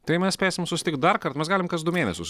tai mes spėsim susitikt darkart mes galim kas du mėnesius